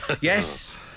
Yes